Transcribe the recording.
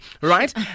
right